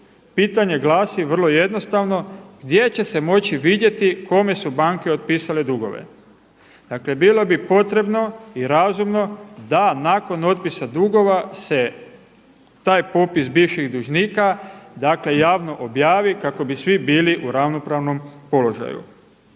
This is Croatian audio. Pitanje glasi vrlo jednostavno, gdje će se moći vidjeti kome su banke otpisale dugove? Dakle bilo bi potrebno i razumno da nakon otpisa dugova se taj popis bivših dužnika javno objavi kako bi svi bili u ravnopravnom položaju.